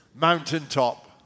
mountaintop